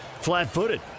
flat-footed